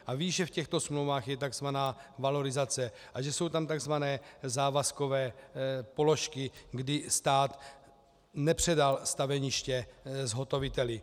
Ví, že v těchto smlouvách je takzvaná valorizace, že jsou tam takzvané závazkové položky, kdy stát nepředal staveniště zhotoviteli.